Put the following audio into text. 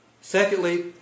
Secondly